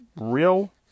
real